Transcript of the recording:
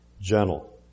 gentle